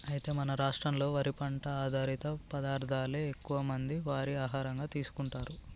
అయితే మన రాష్ట్రంలో వరి పంట ఆధారిత పదార్థాలనే ఎక్కువ మంది వారి ఆహారంగా తీసుకుంటారు